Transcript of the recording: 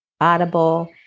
Audible